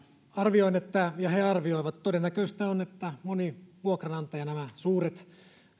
arvioin ja he arvioivat että todennäköistä on että moni vuokranantaja nämä suuret